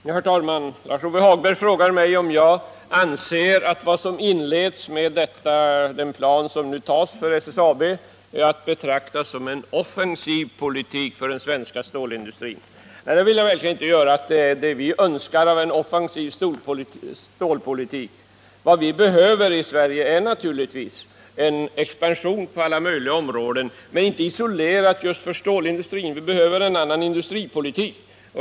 Herr talman! Lars-Ove Hagberg frågade mig om jag anser att vad som inleds med den plan som nu tas för SSAB är att betrakta som en offensiv politik för den svenska stålindustrin. Nej, det gör jag verkligen inte. Vad vi behöver i Sverige är naturligtvis en expansion på alla möjliga områden, inte isolerad just till stålindustrin. Vi behöver en annan industripolitik.